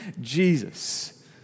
Jesus